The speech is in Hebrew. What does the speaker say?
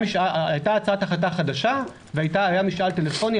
הייתה הצעת החלטה חדשה והיה משאל טלפוני.